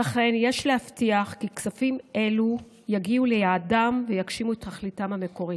לכן יש להבטיח כי כספים אלו יגיעו ליעדם ויגשימו את תכליתם המקורית.